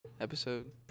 episode